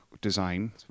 design